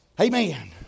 amen